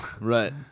right